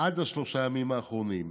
עד שלושת הימים האחרונים.